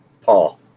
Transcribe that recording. Paul